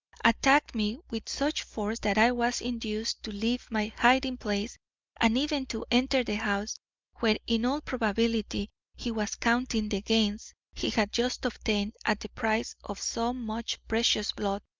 attacked me with such force that i was induced to leave my hiding-place and even to enter the house where in all probability he was counting the gains he had just obtained at the price of so much precious blood.